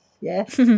Yes